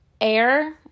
air